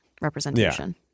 representation